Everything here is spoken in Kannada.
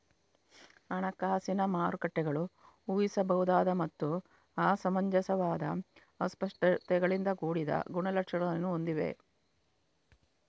ಹಣಕಾಸಿನ ಮಾರುಕಟ್ಟೆಗಳು ಊಹಿಸಬಹುದಾದ ಮತ್ತು ಅಸಮಂಜಸವಾದ ಅಸ್ಪಷ್ಟತೆಗಳಿಂದ ಕೂಡಿದ ಗುಣಲಕ್ಷಣಗಳನ್ನು ಹೊಂದಿವೆ